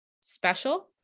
special